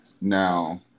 Now